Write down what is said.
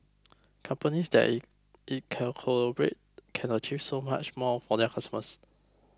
companies that in in can collaborate can achieve so much more for their customers